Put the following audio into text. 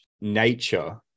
nature